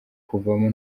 kuvamo